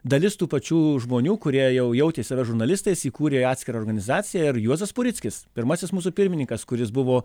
dalis tų pačių žmonių kurie jau jautė save žurnalistais įkūrė atskirą organizaciją ir juozas purickis pirmasis mūsų pirmininkas kuris buvo